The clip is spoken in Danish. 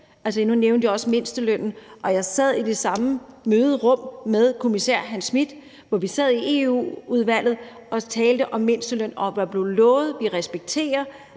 Nu nævnte jeg også mindstelønnen, og jeg sad i det samme møderum som kommissær Nicolas Schmit. Vi sad i EU-udvalget og talte om mindstelønnen, og der blev lovet, at man ville respektere